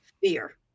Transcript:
fear